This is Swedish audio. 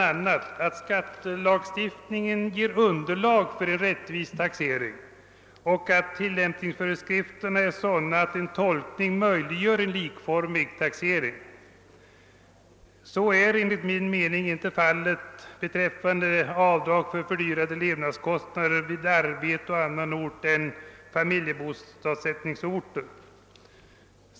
a. måste skattelagstiftningen ge underlag för en rättvis taxering och tillämpningsföreskrif terna vara sådana att en tolkning möjliggör en likformig taxering. Dessa krav är emellertid enligt min mening inte uppfyllda beträffande avdrag för fördyrade levnadskostnader vid arbete å annan ort än familjebosättningsorten.